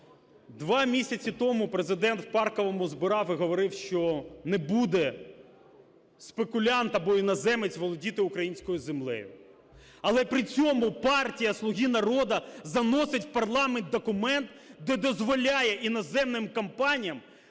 два місяці тому Президент в "Парковому" збирав і говорив, що не буде спекулянт або іноземець володіти українською землею. Але при цьому партія "Слуги народу" заносить в парламент документ, де дозволяє іноземним компаніям